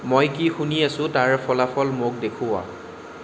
মই কি শুনি আছোঁ তাৰ ফলাফল মোক দেখুওৱা